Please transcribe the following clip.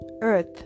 earth